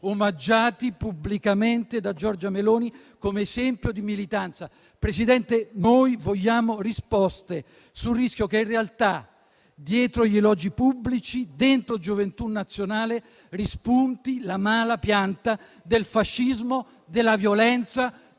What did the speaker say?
omaggiati pubblicamente da Giorgia Meloni come esempio di militanza. Presidente, noi vogliamo risposte sul rischio che in realtà, dietro gli elogi pubblici, dentro Gioventù Nazionale rispunti la mala pianta del fascismo, della violenza